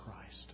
Christ